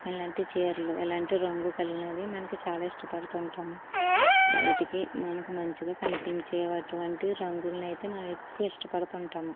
ఇలాంటి చీరలు ఇలాంటి రంగు కలిగినవి మనకు చాలా ఇష్టపడుతు ఉంటాము బయటకి మనకు మంచిగా కనిపించే అటువంటి రంగులను అయితే మనం ఎక్కువ ఇష్టపడుతు ఉంటాము